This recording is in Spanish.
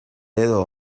dedo